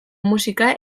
musika